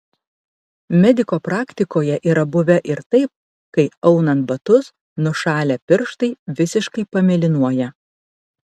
mediko praktikoje yra buvę ir taip kai aunant batus nušalę pirštai visiškai pamėlynuoja